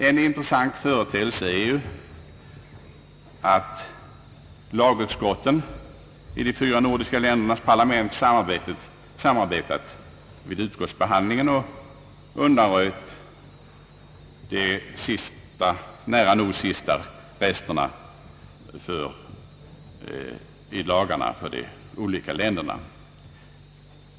En intressant företeelse är att lagutskotten i de fyra nordiska ländernas parlament samarbetat vid utskottsbehandlingen och så gott som helt undanröjt de differenser, som varit för handen i de propositioner som förelegat i de olika länderna.